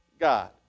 God